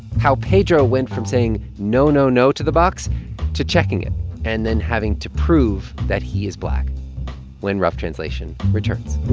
how pedro went from saying no, no, no to the box to checking it and then having to prove that he is black when rough translation returns